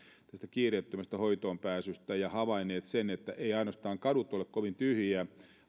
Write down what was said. kiireettömästä hoitoonpääsystä ja havainneet sen että eivät ainoastaan kadut ole kovin tyhjiä